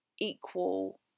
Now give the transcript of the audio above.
equal